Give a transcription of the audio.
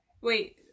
wait